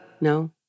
no